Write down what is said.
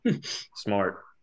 smart